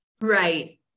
Right